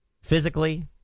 Physically